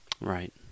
Right